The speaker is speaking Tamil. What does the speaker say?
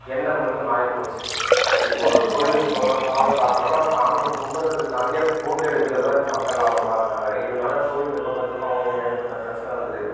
எண்ணம் வந்து மாறிப்போச்சு இப்போ ஒரு கோயிலுக்கு போகிறோம் சாமி பார்க்குறோம்னா அந்த சாமியை கும்பிட்றத தாண்டி அதை ஃபோட்டோ எடுக்கிறதுல தான் இப்போ மக்கள் ஆர்வமாக இருக்காங்க இதனால் கோயில் நிர்வாகத்துக்கும் அவர்களுக்கும் ஏகப்பட்ட பிரச்சினை வருது